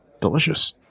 delicious